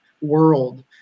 world